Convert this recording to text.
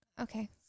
Okay